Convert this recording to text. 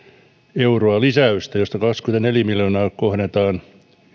euroa lisäystä josta kaksikymmentäneljä miljoonaa kohdennetaan